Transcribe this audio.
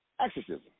Exorcism